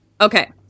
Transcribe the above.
Okay